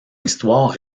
histoire